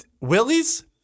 Willie's